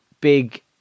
big